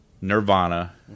Nirvana